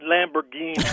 Lamborghini